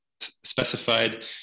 specified